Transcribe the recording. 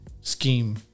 scheme